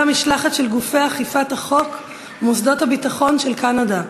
המשלחת של גופי אכיפת החוק ומוסדות הביטחון של קנדה,